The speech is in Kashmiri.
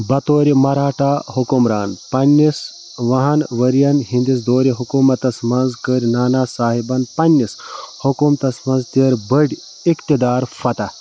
بطورِ مراٹھا حُکُمران پنٕنِس وُہن ؤرۍین ہٕنٛدِس دورِ حکوٗمتس منٛز کٔرۍ نانا صاحبن پنٕنِس حکوٗمتس منٛز تِر بٔڈۍ اِقتدار فتح